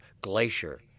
glacier